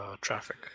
traffic